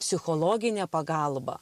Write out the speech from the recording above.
psichologinė pagalba